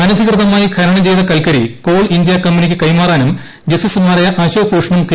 അനധികൃതമായി ഖനനം ചെയ്ത കൽക്കരി കോൾ ് ഇന്ത്യാ കമ്പനിക്ക് കൈമാറാനും ജസ്റ്റിസുമാരായ അശോക് ഭൂർഷ്ടങ്നും കെ